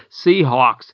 Seahawks